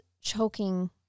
choking